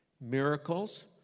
miracles